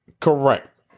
Correct